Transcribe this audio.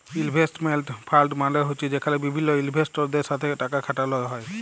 investment fund মালে হছে যেখালে বিভিল্ল ইলভেস্টরদের সাথে টাকা খাটালো হ্যয়